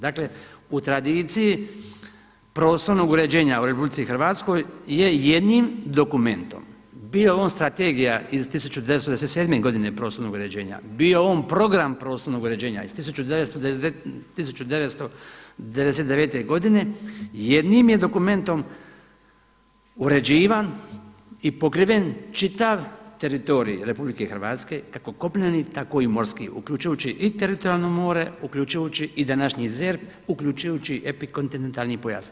Dakle, u tradiciji prostornog uređenja u Republici Hrvatskoj je jednim dokumentom bio on strategija iz 1997.godine prostornog uređenja, bio on program prostornog uređenja iz 1999. godine jednim je dokumentom uređivan i pokriven čitav teritorij Republike Hrvatske, kako kopneni tako i morski uključujući i teritorijalno more, uključujući i današnji ZERP, uključujući epikontinentalni pojas.